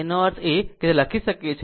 તેનો અર્થ એ કે આ એક લખી શકે છે